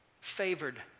favored